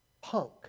punk